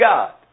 God